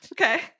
Okay